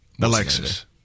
Alexis